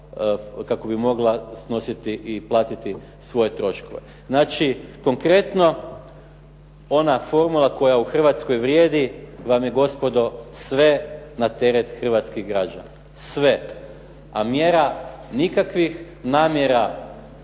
kako bi mogla snositi i platiti svoje troškove. Znači, konkretno ona formula koja u Hrvatskoj vrijedi vam je gospodo sve na teret hrvatskih građana, sve. A mjera nikakvih, namjera